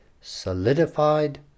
solidified